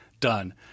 done